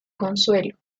consuelo